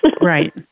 Right